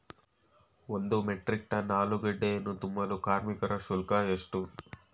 ಒಂದು metric ton ಆಲೂಗೆಡ್ಡೆಯನ್ನು ತುಂಬಲು ಕಾರ್ಮಿಕರ ಶುಲ್ಕ ಎಷ್ಟು?